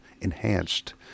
enhanced